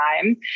time